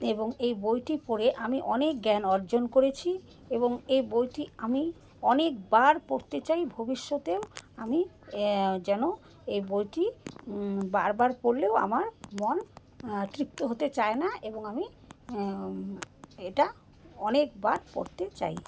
এবং এই বইটি পড়ে আমি অনেক জ্ঞান অর্জন করেছি এবং এই বইটি আমি অনেকবার পড়তে চাই ভবিষ্যতেও আমি যেন এই বইটি বারবার পড়লেও আমার মন তৃপ্ত হতে চায় না এবং আমি এটা অনেকবার পড়তে চাই